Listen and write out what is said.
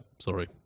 Sorry